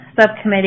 subcommittee